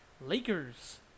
Lakers